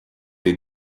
des